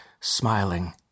smiling